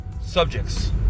subjects